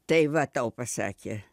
tai va tau pasakė